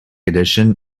edition